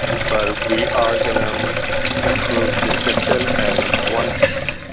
but we are gonna um improve the system and once,